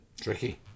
Tricky